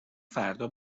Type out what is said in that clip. فردا